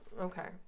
Okay